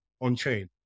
on-chain